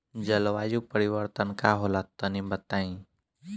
जलवायु परिवर्तन का होला तनी बताई?